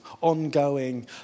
ongoing